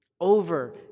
over